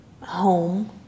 home